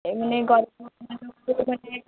ଏ ମାନେ ଗର୍ବ ଅହଙ୍କାର